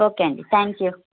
okay అండి thank you